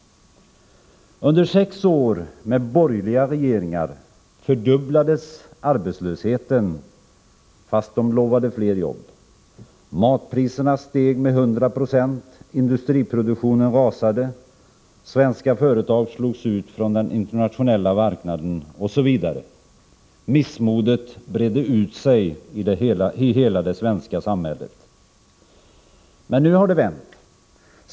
Under sex år med borgerliga regeringar fördubblades arbetslösheten — fast de lovade fler jobb. Matpriserna steg med 100 26, industriproduktionen rasade, svenska företag slogs ut från den internationella marknaden, osv. Missmodet bredde ut sig i hela det svenska samhället. Men nu har det vänt.